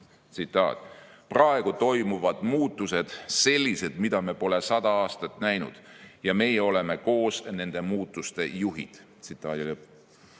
"Praegu toimuvad muutused – sellised, mida me pole sada aastat näinud – ja meie oleme koos nende muutuste juhid."Hiinal ja